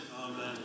Amen